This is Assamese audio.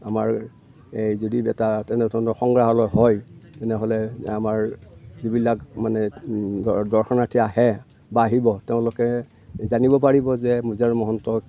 আমাৰ এই যদি এটা তেনেধৰণৰ সংগ্ৰাহালয় হয় তেনেহ'লে আমাৰ যিবিলাক মানে দৰ্শনাৰ্থী আহে বা আহিব তেওঁলোকে জানিব পাৰিব যে মোজাৰাম মহন্তক